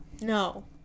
No